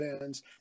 bands